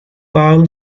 carl